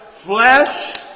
Flesh